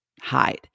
hide